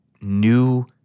new